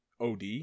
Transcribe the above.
OD